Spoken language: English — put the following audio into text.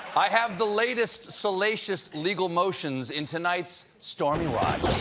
i have the latest, salacious legal motions in tonight's stormywatch.